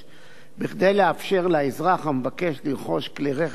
כדי לאפשר לאזרח המבקש לרכוש כלי רכב משומש